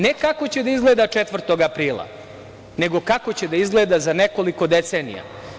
Ne kako će da izgleda 4. aprila, nego kako će da izgleda za nekoliko decenija.